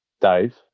Dave